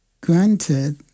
granted